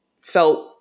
felt